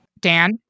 Dan